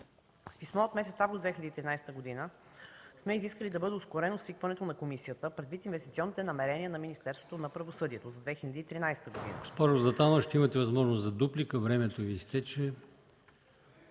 С писмо от месец август 2013 г. сме изискали да бъде ускорено свикването на комисията, предвид инвестиционните намерения на Министерството на правосъдието за 2013 г.